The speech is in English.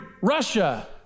Russia